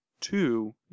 two